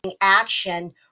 action